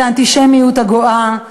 האנטישמיות הגואה,